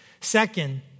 Second